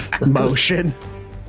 motion